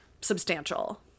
substantial